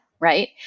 right